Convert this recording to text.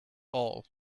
all